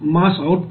mass output